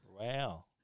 Wow